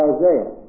Isaiah